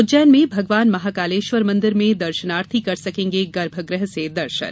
उज्जैन में भगवान महाकालेश्वर मंदिर में दर्शनार्थी कर सकेंगे गर्भगृह से दर्शन